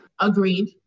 Agreed